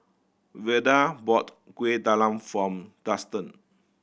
Velda bought Kueh Talam form Dustan